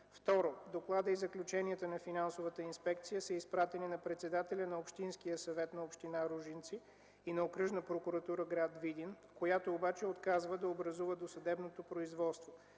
в общината. 2. Заключенията на финансовата инспекция са изпратени на председателя на Общинския съвет на община Ружинци и на Окръжна прокуратура – град Видин, която обаче отказва да образува досъдебното производство.